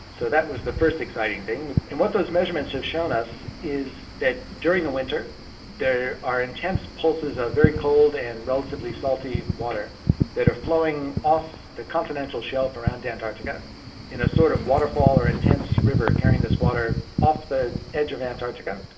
so that was the first exciting thing. and what those measurements have and shown us is that during the winter there are intense pulses of very cold and relatively salty water that are flowing off the continental shelf around antarctica in a sort of waterfall or intense river carrying this water off the edge of antarctica,